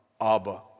Abba